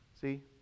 See